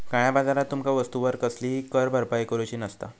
काळया बाजारात तुमका वस्तूवर कसलीही कर भरपाई करूची नसता